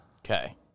Okay